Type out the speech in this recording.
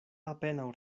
apenaŭ